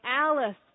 Alice